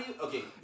okay